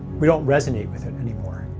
we don't resonate with it any